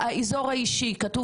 שפות האם שלהם?